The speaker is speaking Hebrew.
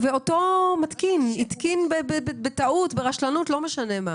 מתקין התקין בטעות, ברשלנות, לא משנה איך